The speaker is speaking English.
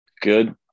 Good